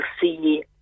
see